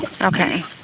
Okay